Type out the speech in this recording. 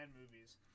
movies